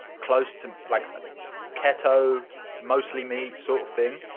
close to like ketto mostly meat sort of thing,